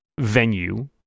venue